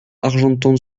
argenton